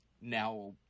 now